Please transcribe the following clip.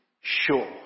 sure